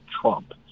Trump